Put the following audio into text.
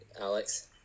Alex